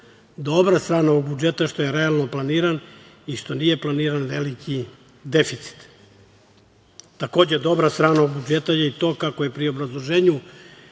strana ovog budžeta je što je realno planiran i što nije planiran veliki deficit. Takođe, dobra strana ovog budžeta je i to, kako je pri obrazloženju